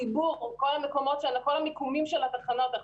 חיבור כל המיקומים של הרכבות ואנחנו